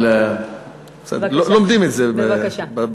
אבל לומדים את זה עם הזמן.